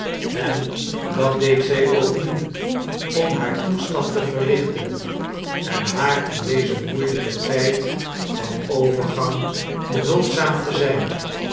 en dat deed zij ook nu om haar toestand te verlichten en haar in dezen moeielijken tijd van overgang behulpzaam te zijn